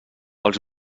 els